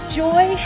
joy